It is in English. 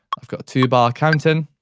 i've got a two-bar count-in,